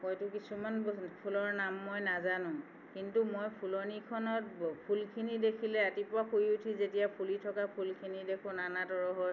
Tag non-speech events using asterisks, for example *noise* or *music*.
হয়তো কিছুমান ফুলৰ নাম মই নাজানোঁ কিন্তু মই ফুলনিখনত *unintelligible* ফুলখিনি দেখিলে ৰাতিপুৱা শুই উঠি যেতিয়া ফুলি থকা ফুলখিনি দেখোঁ নানা তৰহৰ